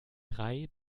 drei